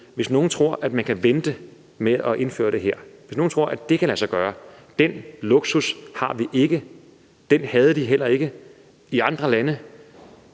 Hvis nogen tror, at man kan vente med at indføre det her; hvis nogen tror, at det kan lade sig gøre, vil jeg sige: Den luksus har vi ikke. Den luksus havde de heller ikke i andre lande,